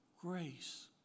grace